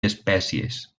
espècies